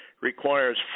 requires